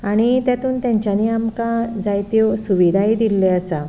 आनी तेतून तेंच्यांनी आमकां जायत्यो सुविदाय दिल्ल्यो आसा